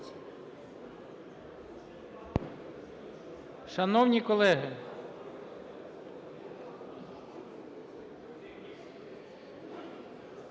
Шановні колеги,